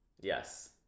Yes